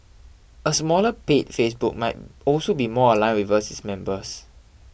a smaller paid Facebook might also be more aligned with us its members